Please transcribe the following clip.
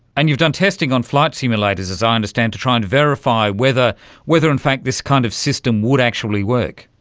and you've done testing on flight simulators, as i understand, to try and verify whether whether in fact this kind of system would actually work.